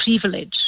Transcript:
privilege